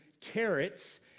Carrots